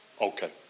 Okay